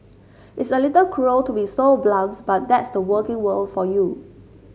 it's a little cruel to be so blunt but that's the working world for you